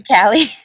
Callie